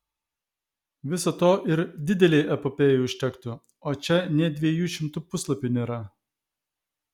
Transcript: viso to ir didelei epopėjai užtektų o čia nė dviejų šimtų puslapių nėra